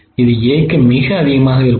இது A க்கு மிக அதிகமாக உள்ளது